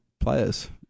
players